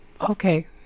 Okay